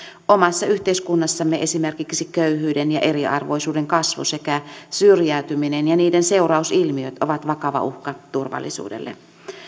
omassa yhteiskunnassamme esimerkiksi köyhyyden ja eriarvoisuuden kasvu sekä syrjäytyminen ja niiden seurausilmiöt ovat vakava uhka turvallisuudelle